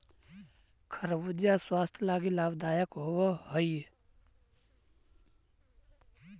खरबूजा स्वास्थ्य लागी लाभदायक होब हई